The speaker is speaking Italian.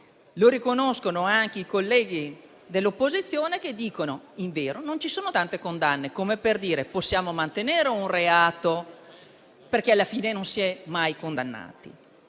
Lo riconoscono anche i colleghi dell'opposizione che dicono che non ci sono tante condanne; ciò per dire che possiamo mantenere un reato perché alla fine non si è mai condannati.